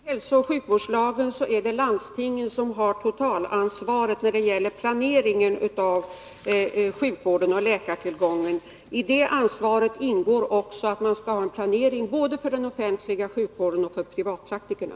Herr talman! Enligt den nya hälsooch sjukvårdslagen är det landstingen som har totalansvaret för planeringen av sjukvården och läkartillgången. I det ansvaret ingår också skyldigheten att ha en planering för både den offentliga sjukvården och privatpraktikerna.